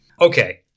Okay